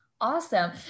awesome